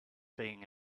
being